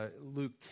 Luke